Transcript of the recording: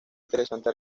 interesante